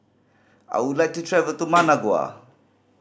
I would like to travel to Managua